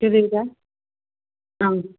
ꯀꯔꯤꯔ ꯑꯪ